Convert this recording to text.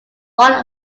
one